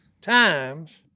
times